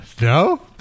no